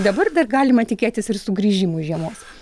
dabar dar galima tikėtis ir sugrįžimų žiemos